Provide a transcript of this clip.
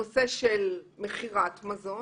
הנושא של מכירת מזון